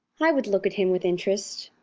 i would look at him with interest,